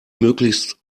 möglichst